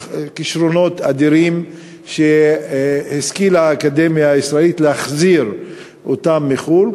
אך כישרונות אדירים שהאקדמיה הישראלית השכילה להחזיר אותם מחו"ל.